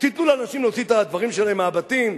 תנו לאנשים להוציא את הדברים שלהם מהבתים.